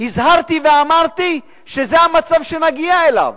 הזהרתי ואמרתי שזה המצב שנגיע אליו.